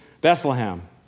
Bethlehem